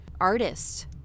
artists